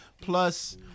Plus